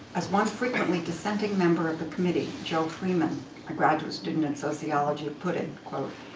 as one frequently dissenting member of the committee, joe freeman a graduate student in sociology put it, quote,